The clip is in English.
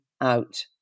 out